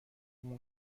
اون